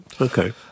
Okay